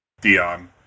Dion